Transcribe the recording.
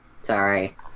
Sorry